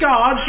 God